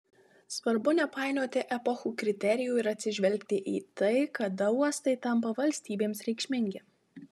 svarbu nepainioti epochų kriterijų ir atsižvelgti į tai kada uostai tampa valstybėms reikšmingi